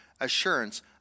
assurance